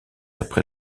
après